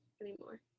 anymore